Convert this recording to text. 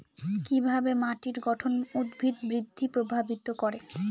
কিভাবে মাটির গঠন উদ্ভিদ বৃদ্ধি প্রভাবিত করে?